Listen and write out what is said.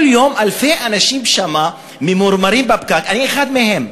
כל יום אלפי אנשים שם ממורמרים בפקק, אני אחד מהם.